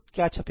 क्या छपेगा